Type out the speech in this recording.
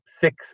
six